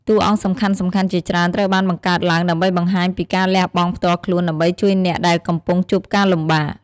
តួអង្គសំខាន់ៗជាច្រើនត្រូវបានបង្កើតឡើងដើម្បីបង្ហាញពីការលះបង់ផ្ទាល់ខ្លួន ដើម្បីជួយអ្នកដែលកំពុងជួបការលំបាក។